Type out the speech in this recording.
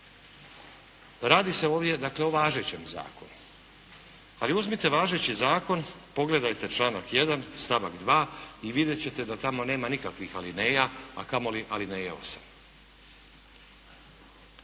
Radi se ovdje dakle o važećem zakonu. Ali uzmite važeći zakon, pogledajte članak 1. stavak 2. i vidjet ćete da tamo nema nikakvih alineja, a kamoli alineja